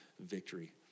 victory